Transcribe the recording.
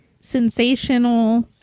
sensational